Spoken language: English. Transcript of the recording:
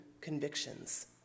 convictions